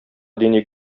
дини